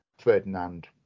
Ferdinand